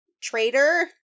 Traitor